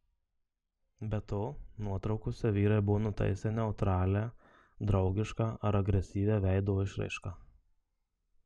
be to nuotraukose vyrai buvo nutaisę neutralią draugišką ar agresyvią veido išraišką